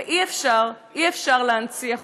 ואי-אפשר, אי-אפשר להנציח אותו.